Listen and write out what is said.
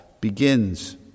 begins